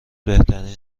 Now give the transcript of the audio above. بهترین